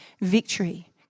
victory